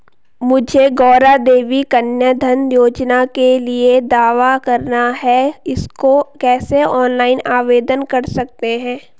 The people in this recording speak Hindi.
मुझे गौरा देवी कन्या धन योजना के लिए दावा करना है इसको कैसे ऑनलाइन आवेदन कर सकते हैं?